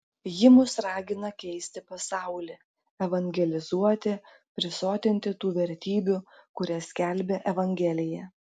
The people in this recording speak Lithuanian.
ji mus ragina keisti pasaulį evangelizuoti prisotinti tų vertybių kurias skelbia evangelija